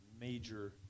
major